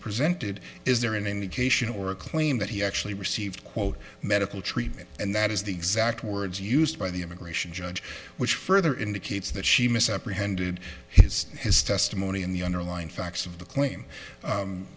presented is there any indication or a claim that he actually received quote medical treatment and that is the exact words used by the immigration judge which further indicates that she misapprehended his his testimony in the underlying facts of the cl